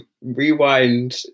rewind